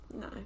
No